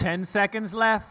ten seconds left